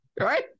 Right